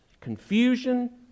Confusion